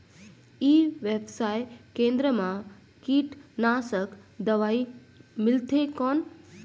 ई व्यवसाय केंद्र मा कीटनाशक दवाई मिलथे कौन?